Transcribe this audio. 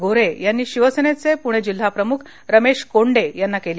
गोन्हे यांनी शिवसेनेचे पुणे जिल्हाप्रमुख रमेश कोंडे यांना केली